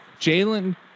Jalen